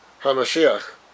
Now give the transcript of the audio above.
HaMashiach